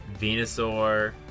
Venusaur